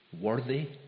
Worthy